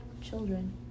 children